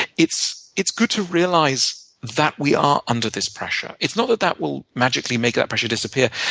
it's it's good to realize that we are under this pressure. it's not that that will magically make that pressure disappear.